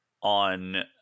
on